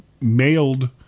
mailed